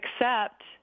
accept